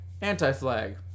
Anti-Flag